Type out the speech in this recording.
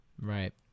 Right